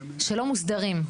שלא מוסדרים.